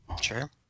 Sure